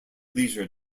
leisure